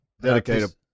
dedicate